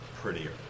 prettier